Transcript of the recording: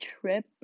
trip